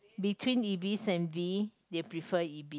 between Ibis and V they prefer Ibis